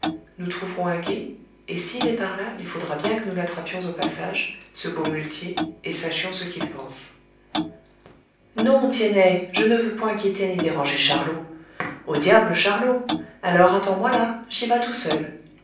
nous trouverons un gué et s'il est par là il faudra bien que nous l'attrapions au passage ce beau muletier et sachions ce qu'il pense non tiennet je ne veux point quitter ni déranger charlot au diable charlot alors attends-moi là j'y vas tout seul